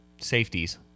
safeties